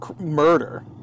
murder